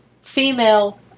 female